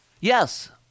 Yes